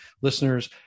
listeners